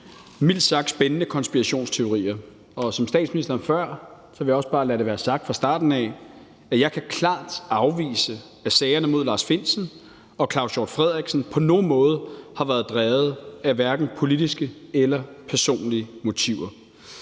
mildt sagt spændende konspirationsteorier. Og som statsministeren før vil jeg også bare lade det være sagt fra starten af, at jeg klart kan afvise, at sagerne mod Lars Findsen og Claus Hjort Frederiksen på nogen måde har været drevet af enten politiske eller personlige motiver.